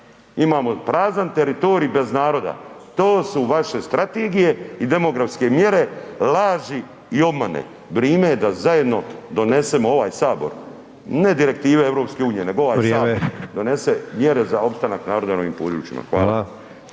Imamo prazan teritorij bez naroda, to su vaše strategije i demografske mjere, laži i obmane, vrime je da zajedno donesemo ovaj sabor …/Upadica: Vrijeme./… ne direktive EU nego ovaj sabor, nego ovaj sabor donese mjere za opstanak naroda na ovim područjima. Hvala.